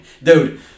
Dude